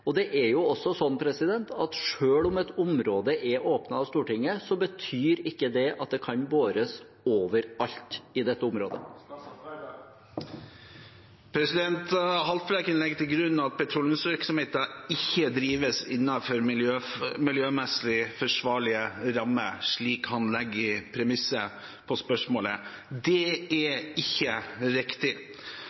Det er også slik at selv om et område er åpnet av Stortinget, betyr ikke det at det kan bores overalt i det området. Representanten Haltbrekken legger til grunn og som premiss for spørsmålet sitt at petroleumsvirksomheten ikke drives innenfor miljømessig forsvarlige rammer. Det er ikke riktig. La meg slå fast: Ingen petroleumsvirksomhet på norsk sokkel gjennomføres med mindre det